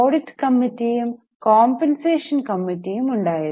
audit കമ്മിറ്റിയും compensation കമ്മിറ്റിയും ഉണ്ടായിരുന്നു